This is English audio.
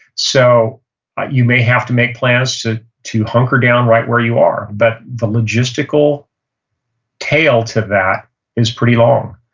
so you may have to make plans to to hunker down right where you are, but the logistical tail to that is pretty long.